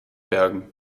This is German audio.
bergen